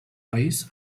país